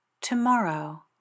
tomorrow